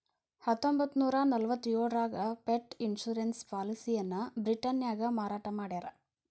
ಹತ್ತೊಂಬತ್ತನೂರ ನಲವತ್ತ್ಯೋಳರಾಗ pet insurance ಪಾಲಿಸಿಯನ್ನ ಬ್ರಿಟನ್ನ್ಯಾಗ ಮಾರಾಟ ಮಾಡ್ಯಾರ